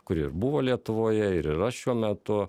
kuri ir buvo lietuvoje ir yra šiuo metu